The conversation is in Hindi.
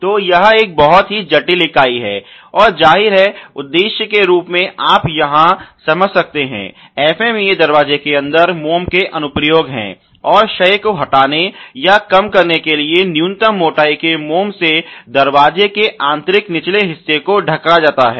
तो यह एक बहुत ही जटिल इकाई है और जाहिर है उद्देश्य के रूप में आप यहाँ समझ सकते हैं FMEA दरवाजे के अंदर मोम के अनुप्रयोग है और क्षय को हटाने या कम करने के लिए न्यूनतम मोटाई के मोम से दरवाजे के आंतरिक निचले हिस्से को ढका जाता है